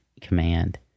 command